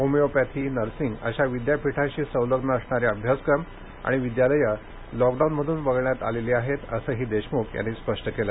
homeopathy nursing अशा विद्यापीठाशी संलग्न असणारे अभ्यासक्रम आणि विद्यालयं लॉकडाऊनमधून वगळण्यात आलेली आहेत असंही देशमुख यांनी स्पष्ट केलं